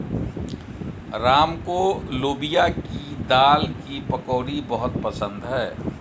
राम को लोबिया की दाल की पकौड़ी बहुत पसंद हैं